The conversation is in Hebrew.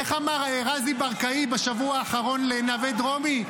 איך אמר רזי ברקאי בשבוע האחרון לנווה דרומי?